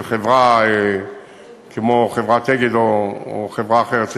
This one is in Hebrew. לבין אוטובוס של חברה כמו "אגד" או חברה אחרת שציינת.